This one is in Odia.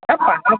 ଏ ପାଖ